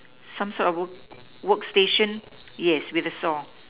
some sort of work work station yes with a saw